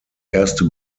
erste